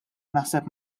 naħseb